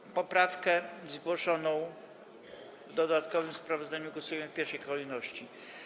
Nad poprawką zgłoszoną w dodatkowym sprawozdaniu głosujemy w pierwszej kolejności.